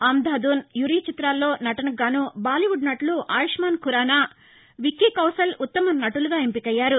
అంధాధున్ యురి చిత్రాల్లో నటనకుగాను బాలీవుడ్ నటులు ఆయుష్మాన్ ఖురానా విక్తీ కౌశల్ ఉత్తమ నటులుగా ఎంపికయ్యారు